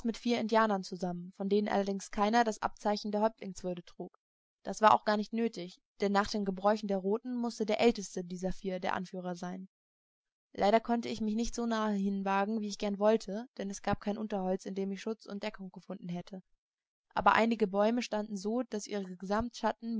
mit vier indianern zusammen von denen allerdings keiner das abzeichen der häuptlingswürde trug das war auch gar nicht nötig denn nach den gebräuchen der roten mußte der aelteste dieser vier der anführer sein leider konnte ich mich nicht so nahe hinwagen wie ich gern wollte denn es gab kein unterholz in dem ich schutz und deckung gefunden hätte aber einige bäume standen so daß ihr gesamtschatten